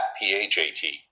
P-H-A-T